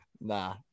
Nah